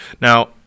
Now